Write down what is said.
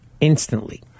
instantly